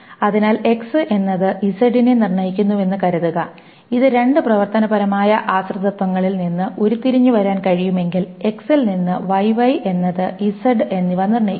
അതിനാൽ X എന്നത് Z നെ നിർണയിക്കുന്നുവെന്ന് കരുതുക ഇത് രണ്ട് പ്രവർത്തനപരമായ ആശ്രിതത്വങ്ങളിൽ നിന്ന് ഉരുത്തിരിഞ്ഞുവരാൻ കഴിയുമെങ്കിൽ X ൽ നിന്ന് Y Y എന്നത് Z എന്നിവ നിർണ്ണയിക്കുന്നു